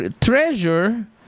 treasure